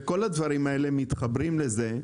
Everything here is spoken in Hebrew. וכל הדברים האלה מתחברים לזה,